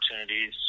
opportunities